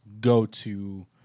go-to